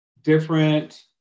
different